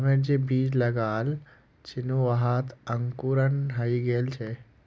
आमेर जे बीज लगाल छिनु वहात अंकुरण हइ गेल छ